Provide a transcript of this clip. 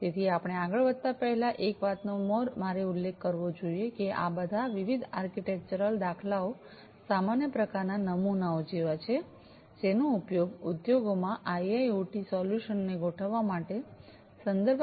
તેથી આપણે આગળ વધતા પહેલા એક વાતનો મારે ઉલ્લેખ કરવો જોઈએ કે આ બધા વિવિધ આર્કિટેક્ચરલ દાખલાઓ સામાન્ય પ્રકારના નમૂનાઓ જેવા છે જેનો ઉપયોગ ઉદ્યોગોમાં આઈઆઈઑટી સોલ્યુશન્સ ને ગોઠવવા માટે સંદર્ભ આર્કિટેક્ચરતરીકે કરી શકાય છે